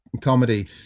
comedy